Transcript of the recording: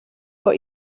vor